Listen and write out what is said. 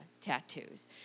tattoos